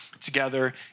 together